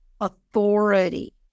Authority